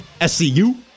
SCU